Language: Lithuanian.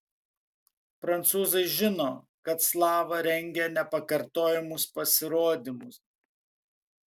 prancūzai žino kad slava rengia nepakartojamus pasirodymus